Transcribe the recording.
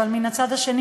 אבל מן הצד השני,